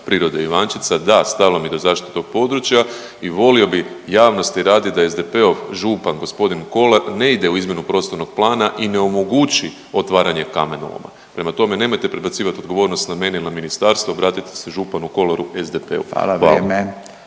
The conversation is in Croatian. prirode Ivančica, da, stalo mi je do zaštite tog područja i volio bi, javnosti radi, da SDP-ov župan, g. Kolar ne ide u izmjenu prostornog plana i ne omogući otvaranje kamenoloma, prema tome, nemojte prebacivati odgovornost na mene i na ministarstvo, obratite se županu Kolaru, SDP-u. **Radin,